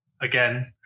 again